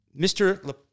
Mr